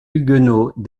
huguenots